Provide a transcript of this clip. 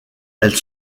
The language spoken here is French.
elle